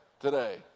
today